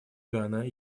гана